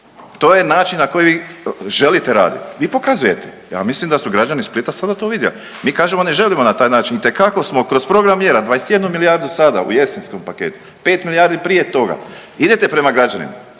To je način na koji vi želite raditi, vi pokazujete, ja mislim da su građani Splita sada to vidjeli. Mi kažemo ne želimo na taj način itekako smo kroz program mjera 21 milijardu sada u jesenskom paketu, 5 milijardi prije toga idete prema građanima.